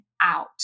out